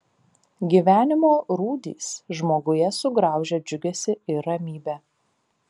gyvenimo rūdys žmoguje sugraužia džiugesį ir ramybę